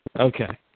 Okay